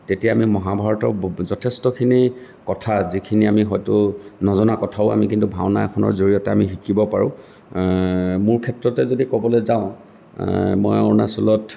তেতিয়া আমি মহাভাৰতৰ যথেষ্টখিনি কথা যিখিনি আমি হয়তো নজনা কথাও আমি কিন্তু ভাওনা এখনৰ জৰিয়তে আমি শিকিব পাৰোঁ মোৰ ক্ষেত্ৰতে যদি কবলৈ যাওঁ মই অৰুণাচলত